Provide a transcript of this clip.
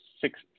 six